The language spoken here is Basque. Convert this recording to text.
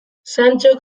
santxok